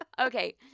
Okay